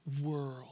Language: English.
world